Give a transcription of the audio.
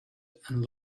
and